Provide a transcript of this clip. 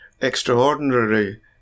extraordinary